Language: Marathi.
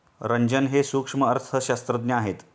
रंजन हे सूक्ष्म अर्थशास्त्रज्ञ आहेत